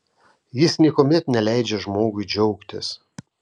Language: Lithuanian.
jis niekuomet neleidžia žmogui džiaugtis